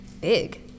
Big